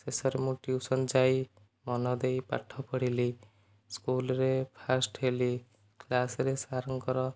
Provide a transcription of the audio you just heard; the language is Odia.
ଶେଷରେ ମୁଁ ଟ୍ୟୁସନ ଯାଇ ମନ ଦେଇ ପାଠ ପଢ଼ିଲି ସ୍କୁଲରେ ଫାଷ୍ଟ ହେଲି କ୍ଲାସରେ ସାରଙ୍କର